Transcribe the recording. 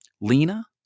Lena